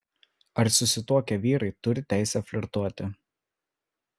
ar susituokę vyrai turi teisę flirtuoti